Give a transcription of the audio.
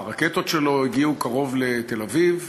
הרקטות שלו הגיעו קרוב לתל-אביב,